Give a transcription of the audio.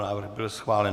Návrh byl schválen.